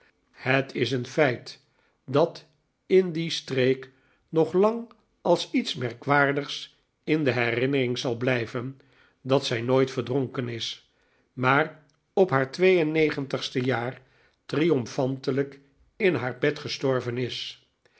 het is een feit dat in die streek nog lang als iets merkwaardigs in de herinnering zal blijven dat zij nooit verdronken is maar op haar twee en negentigste jaar triomfantelijk in haar bed gestorven is